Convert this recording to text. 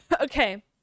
Okay